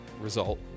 result